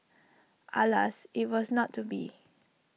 alas IT was not to be